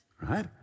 right